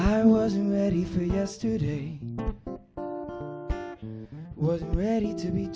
i wasn't ready for yesterday was ready to